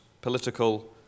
political